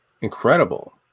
incredible